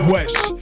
West